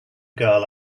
girl